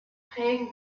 prägen